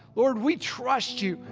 lord we trust you.